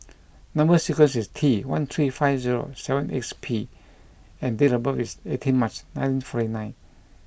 number sequence is T one three five zero seven eight six P and date of birth is eighteenth March nineteen forty nine